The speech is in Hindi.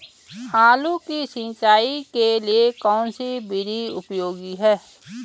आलू की सिंचाई के लिए कौन सी विधि उपयोगी है?